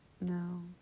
no